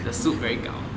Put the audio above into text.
the soup very gao